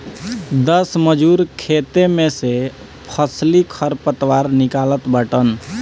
दस मजूर खेते में से फसली खरपतवार निकालत बाटन